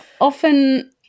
often